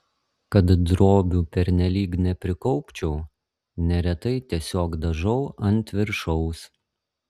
kad drobių pernelyg neprikaupčiau neretai tiesiog dažau ant viršaus